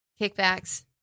Kickbacks